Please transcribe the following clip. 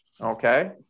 okay